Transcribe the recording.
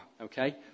okay